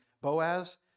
Boaz